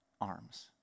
arms